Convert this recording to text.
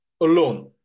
alone